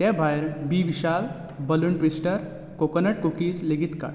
तें भायर बी Vishal balloon twister coconut cookies लेगीत काड